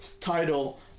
title